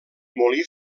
molí